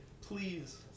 Please